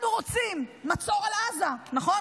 אנחנו רוצים מצור על עזה, נכון?